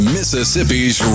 Mississippi's